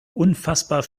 unfassbar